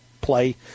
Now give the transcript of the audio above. play